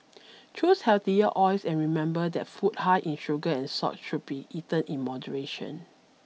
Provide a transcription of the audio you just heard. choose healthier oils and remember that food high in sugar and salt should be eaten in moderation